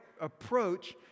approach